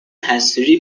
حصیری